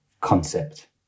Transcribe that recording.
concept